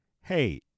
hey